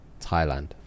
thailand